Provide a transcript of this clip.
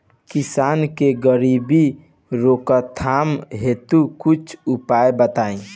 किसान के गरीबी रोकथाम हेतु कुछ उपाय बताई?